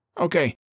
Okay